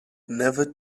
never